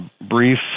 brief